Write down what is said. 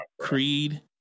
Creed